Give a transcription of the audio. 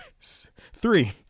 three